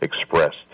expressed